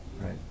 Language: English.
Right